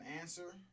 answer